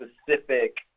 specific